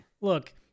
look